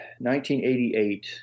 1988